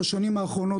בשנים האחרונות,